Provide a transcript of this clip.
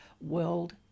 World